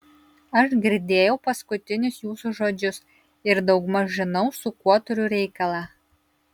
aš girdėjau paskutinius jūsų žodžius ir daugmaž žinau su kuo turiu reikalą